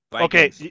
Okay